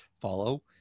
follow